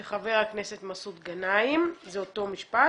של חבר הכנסת מסעוד גנאים, זה אותו נושא,